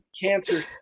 Cancer